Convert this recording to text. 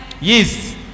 Yes